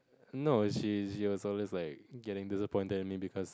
no is she was always like getting disappointed in me because